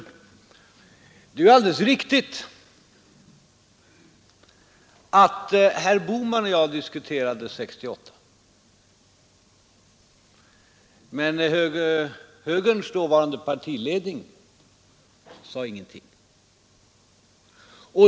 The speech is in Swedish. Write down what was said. Det är för det första alldeles riktigt att herr Bohman och jag hade en diskussion år 1968, men högerpartiets dåvarande partiledning sade ingenting.